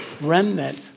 remnant